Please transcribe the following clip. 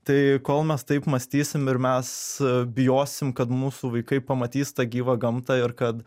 tai kol mes taip mąstysim ir mes bijosim kad mūsų vaikai pamatys tą gyvą gamtą ir kad